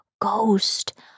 ghost